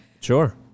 Sure